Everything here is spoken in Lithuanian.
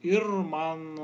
ir man